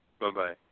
Bye-bye